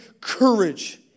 courage